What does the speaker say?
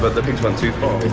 but the pigs went too far.